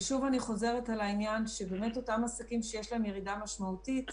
שוב אני חוזרת על העניין שאותם עסקים שיש להם ירידה משמעותית,